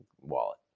wallet